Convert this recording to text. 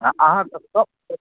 आ अहाँकेँ सभसँ